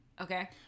Okay